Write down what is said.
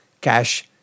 cash